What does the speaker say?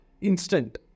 instant